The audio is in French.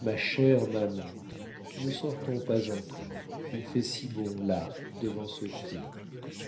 ma chère maman ne sortons pas encore il fait si bon là devant ce feu